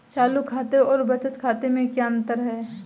चालू खाते और बचत खाते में क्या अंतर है?